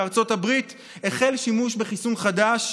בארצות הברית החל שימוש בחיסון חדש,